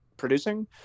producing